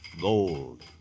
Gold